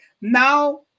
Now